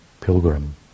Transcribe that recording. pilgrim